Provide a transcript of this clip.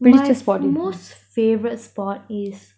my most favourite sport is